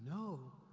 no,